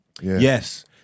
Yes